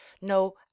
no